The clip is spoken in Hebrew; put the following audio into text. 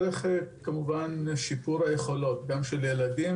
כמובן דרך שיפור היכולות גם של ילדים